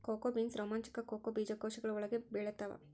cocoa beans ರೋಮಾಂಚಕ cocoa ಬೀಜಕೋಶಗಳ ಒಳಗೆ ಬೆಳೆತ್ತವ